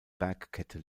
bergkette